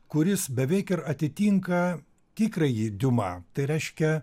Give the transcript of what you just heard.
kuris beveik ir atitinka tikrąjį diuma tai reiškia